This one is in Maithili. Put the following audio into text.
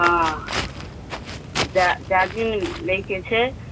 हँ जा जाजिम लैके छै